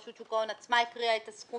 ורשות שוק ההון עצמה הקריאה את הסכומים.